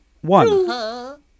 One